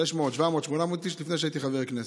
600, 700, 800 איש, לפני שהייתי חבר כנסת.